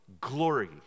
glory